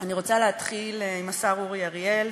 אני רוצה להתחיל עם השר אורי אריאל,